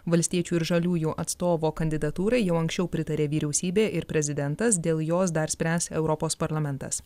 valstiečių ir žaliųjų atstovo kandidatūrai jau anksčiau pritarė vyriausybė ir prezidentas dėl jos dar spręs europos parlamentas